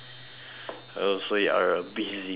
oh so you are a busy bee